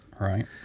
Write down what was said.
right